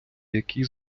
якій